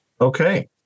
okay